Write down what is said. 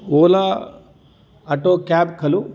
Ola auto cab खलु